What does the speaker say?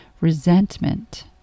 resentment